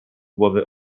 głowy